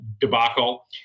debacle